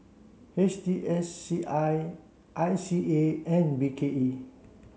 H T S C I I C A and B K E